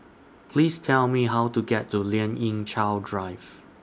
Please Tell Me How to get to Lien Ying Chow Drive